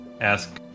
ask